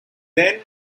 then